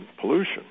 pollution